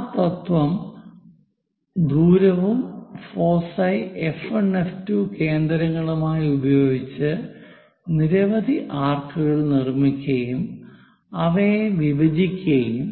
ആ തത്വവും ദൂരവും ഫോസൈ F1 F2 കേന്ദ്രങ്ങളായി ഉപയോഗിച്ച് നിരവധി ആർക്കുകൾ നിർമ്മിക്കുകയും അവയെ വിഭജിക്കുകയും